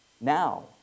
Now